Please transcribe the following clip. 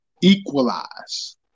equalize